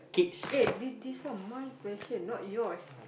eh this this one my question not yours